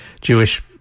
Jewish